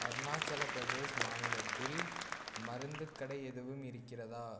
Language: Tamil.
அருணாச்சலப் பிரதேஷ் மாநிலத்தில் மருந்துக் கடை எதுவும் இருக்கிறதா